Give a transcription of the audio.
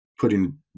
putting